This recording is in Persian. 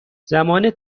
زمان